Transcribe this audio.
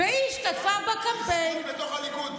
היא השתתפה בקמפיין, בתוך הליכוד.